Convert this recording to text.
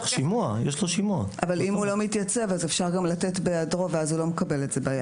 אם הוא לא מתייצב אז אפשר גם לתת בהיעדרו ואז הוא לא מקבל את זה ביד.